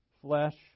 Flesh